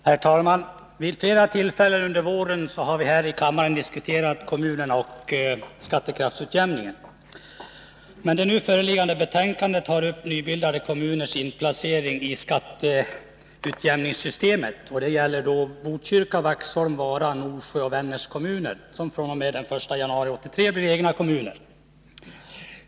Herr talman! Vid flera tillfällen under våren har vi här i kammaren diskuterat kommunerna och skattekraftsutjämningen. Det nu föreliggande betänkandet tar upp nybildade kommuners inplacering i skatteutjämningssystemet. Det gäller Botkyrka, Vaxholms, Vara, Norsjö och Vännäs kommuner som fr.o.m. den 1 januari 1983 blir delade.